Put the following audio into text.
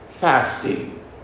Fasting